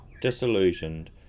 disillusioned